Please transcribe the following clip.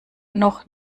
noch